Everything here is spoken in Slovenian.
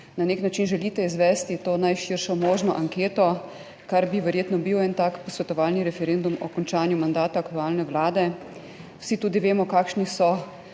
na nek način želite izvesti to najširšo možno anketo, kar bi verjetno bil en tak posvetovalni referendum o končanju mandata aktualne Vlade. Vsi tudi vemo, kakšni so